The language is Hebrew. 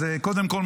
קודם כול,